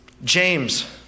James